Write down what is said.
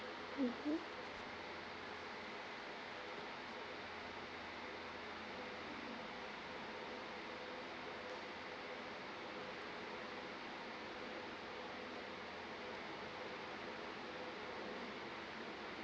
mmhmm